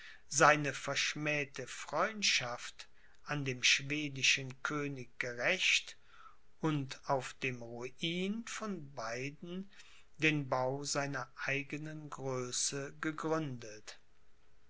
seine verschmähte freundschaft an dem schwedischen könig gerächt und auf dem ruin von beiden den bau seiner eigenen größe gegründet